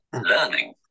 learning